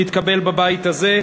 שתתקבל בבית הזה.